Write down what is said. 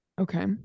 Okay